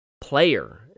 player